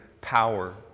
power